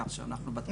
כך שאנחנו בתמונה.